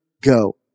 go